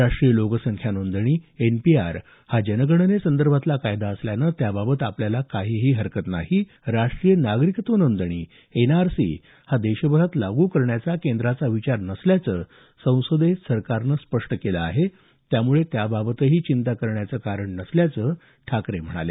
राष्ट्रीय लोकसंख्या नोंदणी एनपीआर हा जनगणनेसंदर्भातला कायदा असल्यानं त्याबाबत आपल्याला काहीही हरकत नाही राष्ट्रीय नागरिकत्व नोंदणी एनआरसी हा देशभरात लागू करण्याचा केंद्राचा विचार नसल्याचं संसदेत सरकारनं स्पष्ट केलं आहे त्यामुळे त्याबाबतही चिंता करण्याचं कारण नसल्याचं ठाकरे म्हणाले